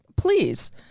Please